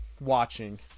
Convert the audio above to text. watching